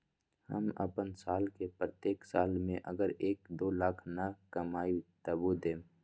हम अपन साल के प्रत्येक साल मे अगर एक, दो लाख न कमाये तवु देम?